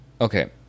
okay